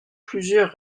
plusieurs